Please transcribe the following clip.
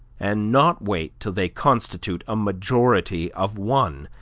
and not wait till they constitute a majority of one,